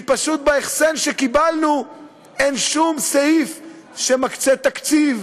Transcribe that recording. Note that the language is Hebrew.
כי פשוט בהחסן שקיבלנו אין שום סעיף שמקצה תקציב,